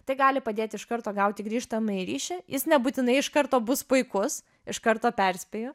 tai gali padėti iš karto gauti grįžtamąjį ryšį jis nebūtinai iš karto bus puikus iš karto perspėju